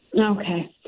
Okay